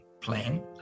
plan